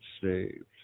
saved